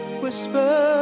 whisper